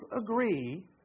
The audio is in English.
agree